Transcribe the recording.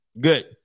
good